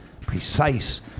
precise